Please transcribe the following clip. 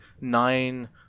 nine